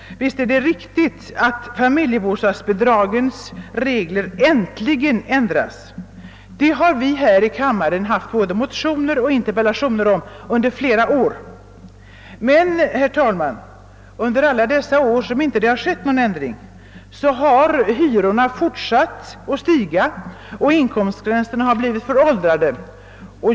Visst är det riktigt att familjebostadsbidragens regler äntligen ändras. Det har vi här i kammaren haft både motioner och interpellationer om under flera år. Men, herr talman, under alla de år som det inte har skett någon ändring har hyrorna fortsatt att stiga och inkomstgränserna har blivit föråldrade.